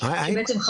ובעצם,